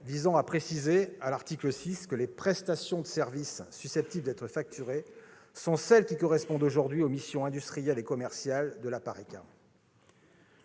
visant à préciser, à l'article 6, que les prestations de service susceptibles d'être facturées sont celles qui correspondent aujourd'hui aux missions industrielles et commerciales de l'EPARECA.